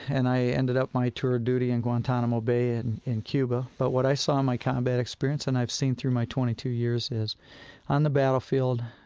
and i ended up my tour of duty in guantanamo bay in in cuba. but what i saw in my combat experience and i've seen through my twenty two years is on the battlefield,